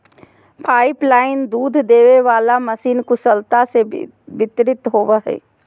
pipeline दूध देबे वाला मशीन कुशलता से वितरित होबो हइ